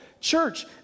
Church